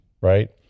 right